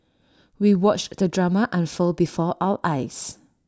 we watched the drama unfold before our eyes